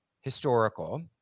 historical